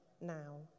now